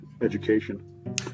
education